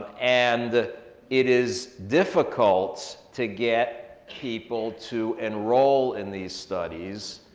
and it is difficult to get people to enroll in these studies,